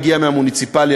הגעת מהמוניציפלי,